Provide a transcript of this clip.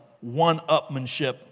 one-upmanship